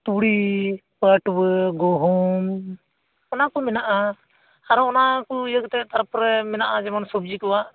ᱛᱩᱲᱤ ᱯᱟᱹᱴᱩᱭᱟᱹ ᱜᱩᱦᱩᱢ ᱚᱱᱟᱠᱚ ᱢᱮᱱᱟᱜᱼᱟ ᱟᱨᱚ ᱚᱱᱟᱠᱚ ᱤᱭᱟᱹ ᱠᱟᱛᱮᱫ ᱛᱟᱨᱯᱚᱨᱮ ᱢᱮᱱᱟᱜᱼᱟ ᱡᱮᱢᱚᱱ ᱥᱚᱵᱡᱤ ᱠᱚᱣᱟᱜ